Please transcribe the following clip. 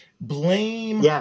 Blame